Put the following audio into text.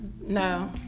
no